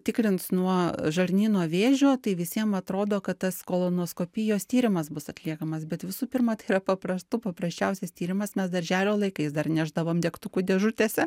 tikrins nuo žarnyno vėžio tai visiem atrodo kad tas kolonoskopijos tyrimas bus atliekamas bet visų pirma tai yra paprastų paprasčiausias tyrimas mes darželio laikais dar nešdavom degtukų dėžutėse